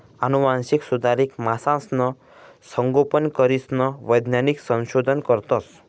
आनुवांशिक सुधारित मासासनं संगोपन करीसन वैज्ञानिक संशोधन करतस